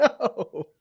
no